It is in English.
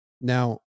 Now